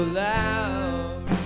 loud